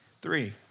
Three